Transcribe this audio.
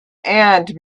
and